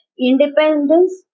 Independence